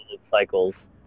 cycles